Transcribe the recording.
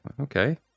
Okay